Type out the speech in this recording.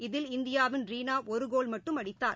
இதில் இந்தியாவின் இரீனாஒருகோல் மட்டும் அடித்தார்